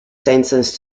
sentenced